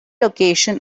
location